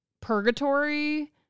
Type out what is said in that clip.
purgatory